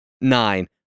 Nine